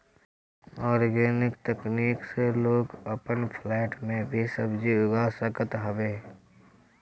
organic तकनीक से लोग अपन फ्लैट में भी सब्जी उगा सकत हवे